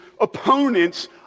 opponents